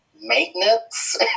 maintenance